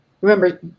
Remember